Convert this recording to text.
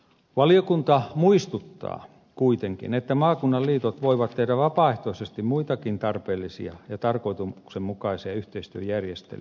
valiokunta muistuttaa kuitenkin että maakunnan liitot voivat tehdä vapaaehtoisesti muitakin tarpeellisia ja tarkoituksenmukaisia yhteistyöjärjestelyjä